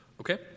Okay